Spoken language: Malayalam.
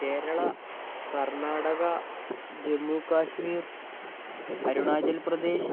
കേരള കർണ്ണാടക ജമ്മു കശ്മീർ അരുണാചൽ പ്രദേശ്